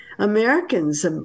Americans